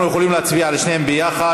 אנחנו יכולים להצביע על שניהם ביחד.